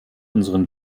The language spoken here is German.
unseren